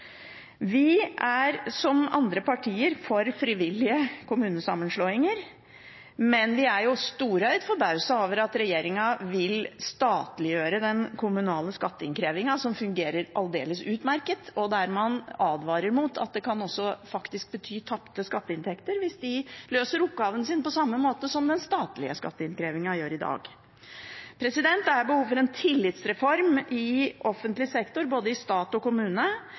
Vi er, som andre partier, for frivillige kommunesammenslåinger, men vi er storøyd forbauset over at regjeringen vil statliggjøre den kommunale skatteinnkrevingen som fungerer aldeles utmerket, og man advarer mot at det faktisk kan bety tapte skatteinntekter hvis de løser oppgaven sin på samme måte som den statlige skatteinnkrevingen gjør i dag. Det er behov for en tillitsreform i offentlig sektor, både i stat og kommune,